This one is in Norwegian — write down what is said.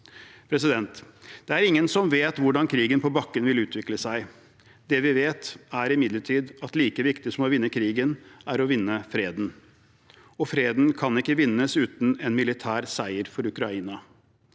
kroner. Det er ingen som vet hvordan krigen på bakken vil utvikle seg. Det vi vet, er imidlertid at like viktig som å vinne krigen, er å vinne freden. Freden kan ikke vinnes uten en militær seier for Ukraina.